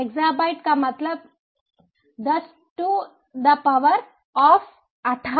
exabyte का मतलब 10 to the power of 18